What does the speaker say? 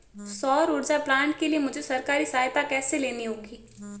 सौर ऊर्जा प्लांट के लिए मुझे सरकारी सहायता कैसे लेनी होगी?